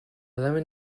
lemon